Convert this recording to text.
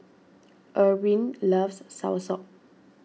Irwin loves Soursop